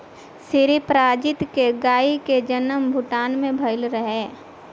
सीरी प्रजाति के गाई के जनम भूटान में भइल रहे